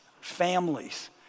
families